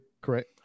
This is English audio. Correct